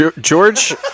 george